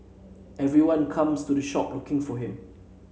everyone comes to the shop looking for him